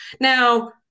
Now